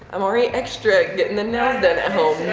i'm already extra getting the nails done at home.